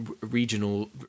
regional